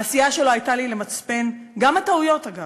העשייה שלו הייתה לי למצפן, גם הטעויות, אגב.